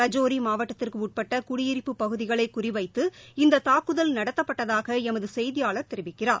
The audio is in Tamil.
ரஜோரி மாவட்டத்திற்கு உட்பட்ட குடியிருப்பு பகுதிகளை குறிவைத்து இந்த தாக்குதல் நடத்தப்பட்டதாக எமது செய்தியாளர் தெரிவிக்கிறார்